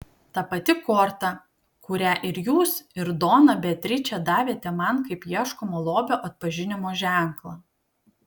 ta pati korta kurią ir jūs ir dona beatričė davėte man kaip ieškomo lobio atpažinimo ženklą